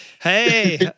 Hey